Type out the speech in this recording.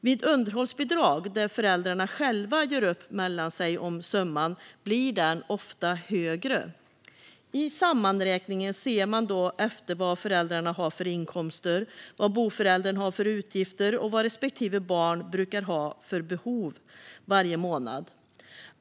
Vid underhållsbidrag, när föräldrarna själva gör upp om summan mellan sig, blir summan ofta högre. I sammanräkningen tittar man då på vad föräldrarna har för inkomster, vad boföräldern har för utgifter och vad respektive barn brukar ha för behov varje månad.